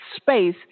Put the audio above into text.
space